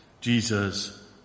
Jesus